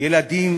ילדים